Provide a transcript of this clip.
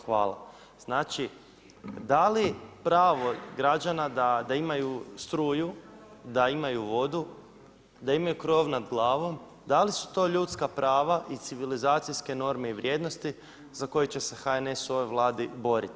Hvala.“ Znači, da li pravo građana da imaju struju, da imaju vodu, da imaju krov nad glavom, da li su to ljudska prava i civilizacijske norme i vrijednosti za koje će se HNS u ovoj Vladi boriti?